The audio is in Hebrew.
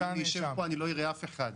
אם אני אשב פה אני לא אראה אף אחד.